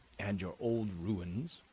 and your old ruins,